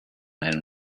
einen